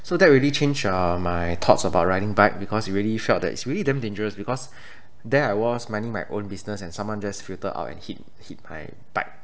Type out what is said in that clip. so that really change uh my thoughts about riding bike because it really felt that it's really damn dangerous because there I was minding my own business and someone just filter out and hit hit my bike